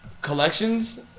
collections